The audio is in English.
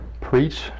preach